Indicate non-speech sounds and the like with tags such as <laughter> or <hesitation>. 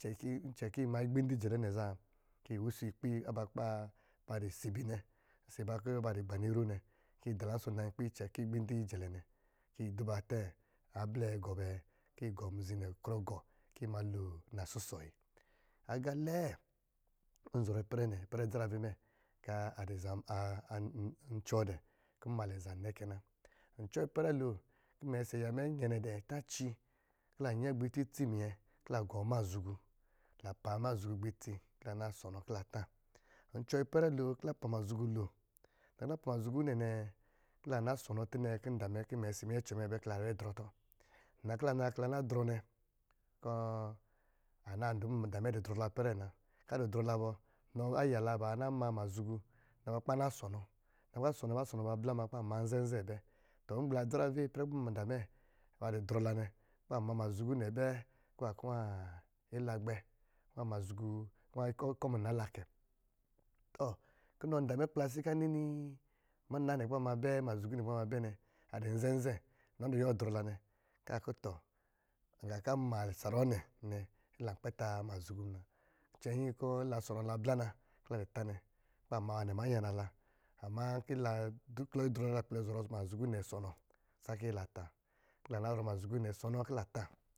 Icɛn kɔ̄ icɛn kɔ̄ yi ma igbindi jɛlɛ nɛ zá, kó yi wusɔ ikpi aba kɔ̄ ba-ba dɔ̄ sibi nɛ ɔsɔ̄ aban kɔ̄ ba dɔ gbanɔ iro nɛ, kɔ̄ yi dalansɔ̄ na yi nkpi icɛn kɔ̄ igbindi jɛlee nɛ kɔ̄ yiduba tɛ ablɛ gɔ bɛ kɔ̄ yi gɔ amizi nɛ gɔ kɔ̄ yi ma na sɔsɔ yi. Agá lɛɛ kɔ̄ nzɔrɔ ipɛrɛ nɛ ipɛrɛ idzarave mɛ kɔ̄ adɔ̄ zam <hesitation> ncuwɔ dɛ́ kɔ̄ mnmalɛ a zam nɛ kɛ na, ncuɔ ipɛrɛ kɔ̄ inyɛnɛ na ci kɔ̄ la nyɛ́ gbɛ itsi-itsi a minyɛ kɔ̄ la gɔ amazhugu, la pa amazhugu gbɛ itsi kɔ̄ la na sɔnɔ kɔ̄ la tá, ncuwɔ ipɛrɛ lo kɔ̄ la pa mazhugu lo, la na pa mazhugu nɛ nɛ kɔ̄ lan nasɔnɔ tɔ nɛ kɔ̄ nda mɛ kɔ̄ imɛ ɔsɔ̄ minyɛcɔ mɛ kɔ̄ ila nala nadrɔ to. Nnakɔ̄ la nala kɔ̄ la drɔ nɛ kɔ̄ ana dumu nda inɔ dɔ̄ drɔ la ipɛrɛ nɛ na, nɔ aya la bana ma mazhugu na ba kɔ̄ ba nasɔnɔ, nna kɔ̄ ba sɔnmɔ ba sɔnɔ ba blá muna kɔ̄ ba maa nzɛ nzɛ bɛ, tɔ mgbla adzarave wo ipɛrɛ kɔ̄ nda adɔ̄ drɔ la nɛ kɔ̄ ba ma mazhugu nɛ bɛ, nnwaa, mazhugu, nwá kɔ̄ ikɔ amuna la kɛ. Kɔ̄ nɔ nda mɛ akplaasi kɔ̄ anini muna nɛ kɔ̄ ba ma bɛ mazhugu nɛ kɔ̄ ba ma bɛ nɛ adɔ̄ nzɛ́ nzɛ́ inɔ dɔ̄ yuwɔ drɔ la nɛ kɔ̄ a kɔ̄ tɔ ng` kɔ̄ a ma saruwɔ̄ nɛ ilan kpɛ ta mazhugu muna, cɛ nnyin kɔ̄ la sɔnɔ la blá na kɔ̄ ila dɔ̄ tá nɛ, kɔ̄ ba ma nwanɛ ma nyana la maa nkɔ̄ ila klɔ idrɔ zá kɔ̄ ila kpɛlɛ zɔrɔ mazhugu nɛ sɔnɔ, kɔ̄ la na zɔrɔ mazhugu nɛ sɔnɔ kɔ̄ la tá.